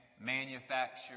manufacture